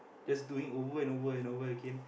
just doing over and over and over again